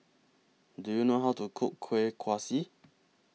Do YOU know How to Cook Kueh Kaswi